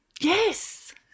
Yes